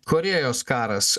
korėjos karas